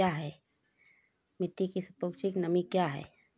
मिटी की सापेक्षिक नमी कया हैं?